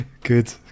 Good